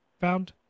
found